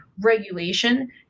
regulation